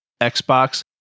Xbox